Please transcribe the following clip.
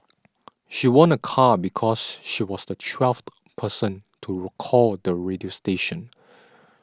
she won a car because she was the twelfth person to recall the radio station